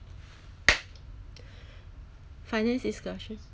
finance discussions